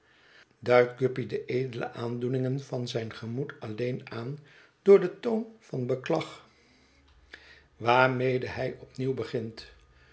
duidt guppy de edele aandoeningen van zijn gemoed alleen aan door den toon van beklag waarmede hij opnieuw begint